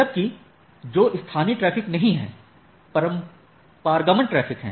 जबकि जो स्थानीय ट्रैफिक नहीं है पारगमन ट्रैफिक है